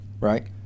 right